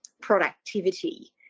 productivity